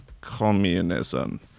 communism